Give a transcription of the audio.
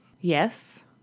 Yes